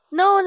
no